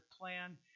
plan